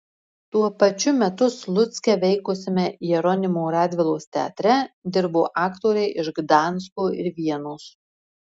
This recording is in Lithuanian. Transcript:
tuo pačiu metu slucke veikusiame jeronimo radvilos teatre dirbo aktoriai iš gdansko ir vienos